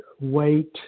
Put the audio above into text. weight